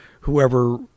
whoever